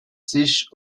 sich